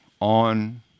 on